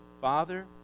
Father